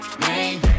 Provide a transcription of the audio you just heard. name